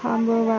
थांबवा